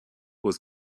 was